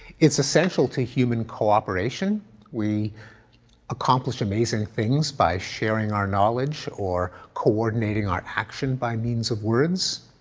it's essential to human cooperation we accomplish amazing things by sharing our knowledge or coordinating our actions by means of words.